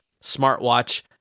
smartwatch